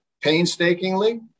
painstakingly